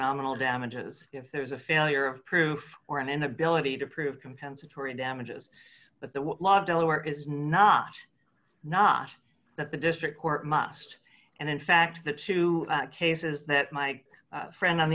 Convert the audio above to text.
nominal damages if there's a failure of proof or an inability to prove compensatory damages but the law of delaware is not not that the district court must and in fact the two cases that my friend on